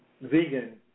vegan